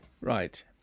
Right